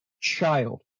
child